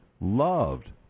Loved